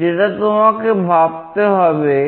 লিখতে হবে